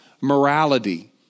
morality